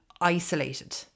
isolated